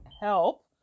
help